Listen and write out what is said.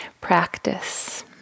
practice